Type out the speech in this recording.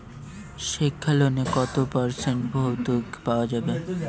শিক্ষা লোনে কত পার্সেন্ট ভূর্তুকি পাওয়া য়ায়?